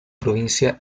provincia